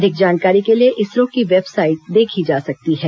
अधिक जानकारी के लिए इसरो की वेबसाइट देखी जा सकती है